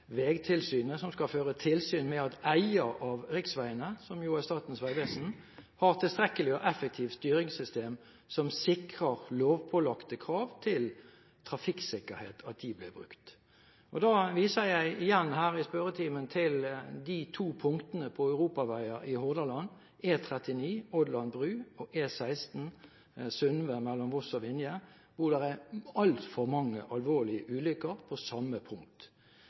Vegtilsynet, som skal føre tilsyn med at eier av riksveiene, som jo er Statens vegvesen, har – og bruker – et tilstrekkelig og effektivt styringssystem som sikrer lovpålagte krav til trafikksikkerhet. Jeg viser igjen her i spørretimen til de to punktene på europaveier i Hordaland, E39 Ådland bru og E16 Sundve mellom Voss og Vinje, hvor det er altfor mange alvorlige ulykker på samme punkt.